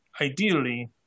ideally